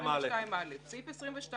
על סעיף 22א. סעיף 22א